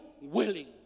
willing